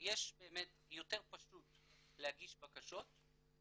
יש באמת יותר פשוט להגיש בקשות,